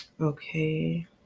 Okay